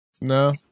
No